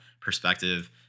perspective